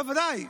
ודאי.